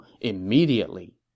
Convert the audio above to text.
immediately